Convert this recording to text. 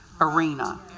arena